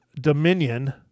Dominion